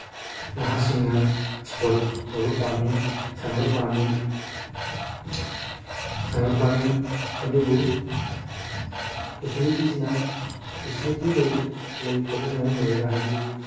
ꯅꯍꯥꯁꯤꯡꯅ ꯏꯁꯄꯣꯔꯠ ꯇꯧꯕ ꯄꯥꯝꯃꯤ ꯁꯥꯟꯅꯕ ꯄꯥꯝꯃꯤ ꯁꯥꯟꯅꯕ ꯄꯥꯝꯃꯤ ꯑꯗꯨꯕꯨ ꯐꯦꯁꯤꯂꯤꯇꯤꯁꯤꯅ ꯐꯦꯁꯤꯂꯤꯇꯤ ꯂꯩꯇꯕꯅ ꯃꯔꯝ ꯑꯣꯏꯔꯒ ꯍꯥꯏꯗꯤ